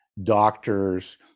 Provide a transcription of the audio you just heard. doctors